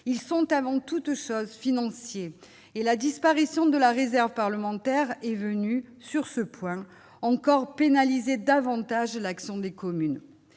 ils sont avant toute chose, financier et la disparition de la réserve parlementaire est venu sur ce point encore pénaliser davantage l'action des communes,